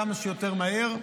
כמה שיותר מהר.